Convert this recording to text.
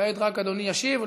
כעת אדוני רק ישיב.